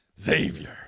Xavier